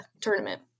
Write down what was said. tournament